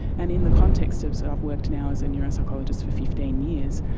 and in the context of, so i've worked now as a neuropsychologist for fifteen years,